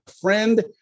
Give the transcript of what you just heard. friend